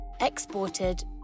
exported